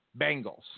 Bengals